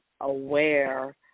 aware